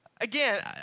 again